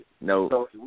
No